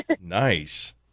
Nice